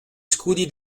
scudi